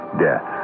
death